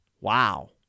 Wow